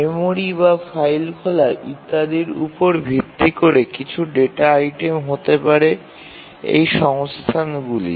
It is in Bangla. মেমরি বা ফাইল খোলা ইত্যাদির উপর ভিত্তি করে কিছু ডেটা আইটেম হতে পারে এই সংস্থানগুলি